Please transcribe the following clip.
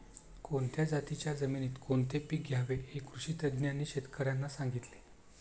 कोणत्या जातीच्या जमिनीत कोणते पीक घ्यावे हे कृषी तज्ज्ञांनी शेतकर्यांना सांगितले